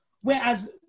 Whereas